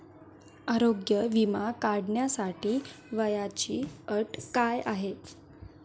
आरोग्य विमा काढण्यासाठी वयाची अट काय आहे?